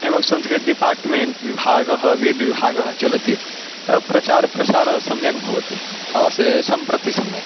एवं संस्कृत डिपार्ट्मेण्ट् विभागः वेदविभागः चलति प्रचारः प्रसारः सम्यक् भवति से सम्प्रति समये